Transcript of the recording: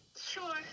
Sure